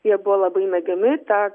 jie buvo labai mėgiami tą